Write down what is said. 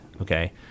okay